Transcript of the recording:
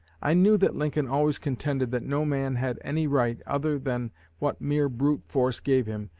i know that lincoln always contended that no man had any right, other than what mere brute force gave him,